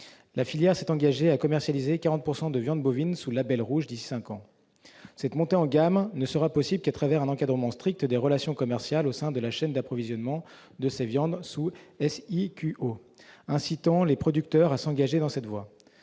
la filière s'est engagée à commercialiser 40 % de viandes bovines sous label rouge d'ici à cinq ans. Cette montée en gamme ne sera possible qu'à travers un encadrement strict des relations commerciales au sein de la chaîne d'approvisionnement de ces viandes sous SIQO, incitant les producteurs à s'engager dans cette voie.